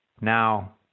Now